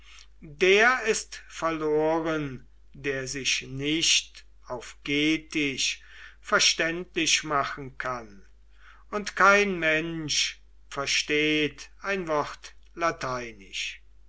der ist verloren der sich nicht auf getisch verständlich machen kann und kein mensch versteht ein wort lateinisch